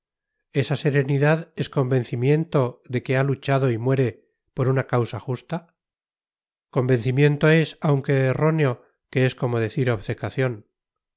esa serenidad es convencimiento de que ha luchado y muere por una causa justa convencimiento es aunque erróneo que es como decir obcecación